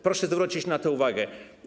Proszę zwrócić na to uwagę.